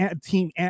team